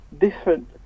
different